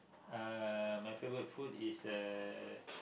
uh my favorite food is uh